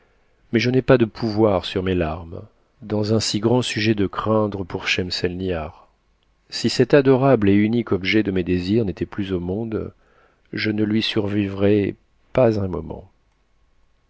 mais je n'ai pas de pouvoir sur mes larmes dans un si grand sujet de craindre pour schemselnihar si cet adorable et unique objet de mes désirs n'était plus au monde je ae lui survivrais pas un moment